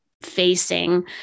facing